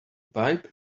pipe